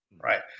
Right